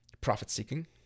profit-seeking